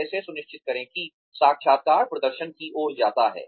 कैसे सुनिश्चित करें कि साक्षात्कार प्रदर्शन की ओर जाता है